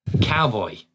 Cowboy